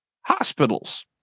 hospitals